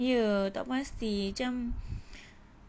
ye tak pasti macam